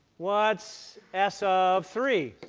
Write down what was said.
what's s of three?